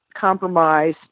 compromise